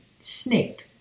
Snape